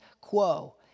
quo